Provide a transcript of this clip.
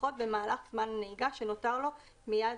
לפחות במהלך זמן הנהיגה שנותר או מיד